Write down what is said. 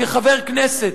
כחבר כנסת.